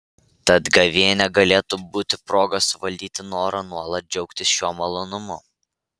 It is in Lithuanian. tad gavėnia galėtų būti proga suvaldyti norą nuolat džiaugtis šiuo malonumu